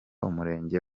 umurenge